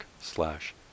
slash